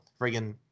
friggin